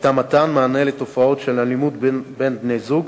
היתה מתן מענה לתופעות של אלימות בין בני-זוג